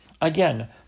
Again